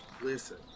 listen